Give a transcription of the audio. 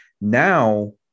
Now